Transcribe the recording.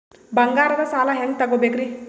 ಬಂಗಾರದ್ ಸಾಲ ಹೆಂಗ್ ತಗೊಬೇಕ್ರಿ?